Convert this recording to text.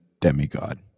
Demi-god